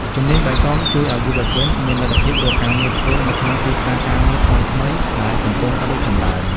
ជំនាញបៃតងជួយឱ្យយុវជនមានលទ្ធភាពរកការងារធ្វើនៅក្នុងទីផ្សារការងារថ្មីៗដែលកំពុងរីកចម្រើន។